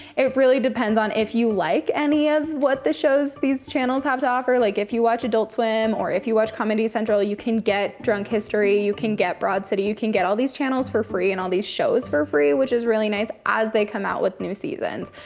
it really depends on if you like any of what the shows these channels have to offer. like if you watch adult swim or if you watch comedy central, you can get drunk history, you can get broad city, you can get all these channels for free, and all these shows for free, which is really nice, as they come out with new seasons.